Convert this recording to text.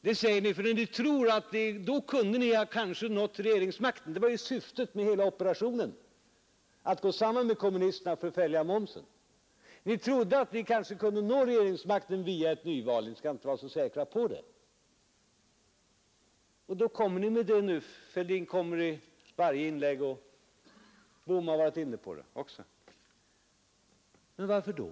Det här säger ni för att ni tror att då kunde ni kanske ha nått regeringsmakten. Det var ju syftet med hela operationen att gå samman med kommunisterna för att fälla momsen. Ni trodde kanske att ni kunde nå regeringsmakten via ett nyval, men ni skall inte vara så säkra på det. Då kommer ni med det nu. Herr Fälldin har berört det i varje inlägg och herr Bohman har också varit inne på det. Men varför då?